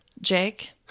Jake